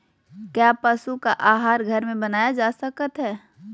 क्या पशु का आहार घर में बनाया जा सकय हैय?